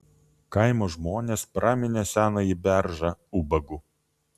kaimo žmonės praminė senąjį beržą ubagu